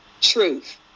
truth